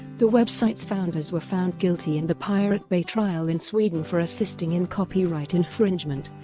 the website's founders were found guilty in the pirate bay trial in sweden for assisting in copyright infringement,